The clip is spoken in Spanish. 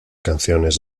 canciones